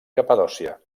capadòcia